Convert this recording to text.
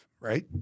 right